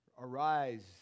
Arise